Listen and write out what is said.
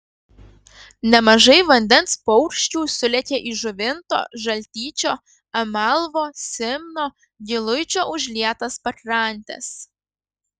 nemažai vandens paukščių sulėkė į žuvinto žaltyčio amalvo simno giluičio užlietas pakrantes